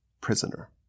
prisoner